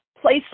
place